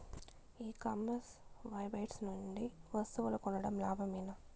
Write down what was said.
ఈ commerce website నుండి వస్తువులు కొనడం లాభమేనా?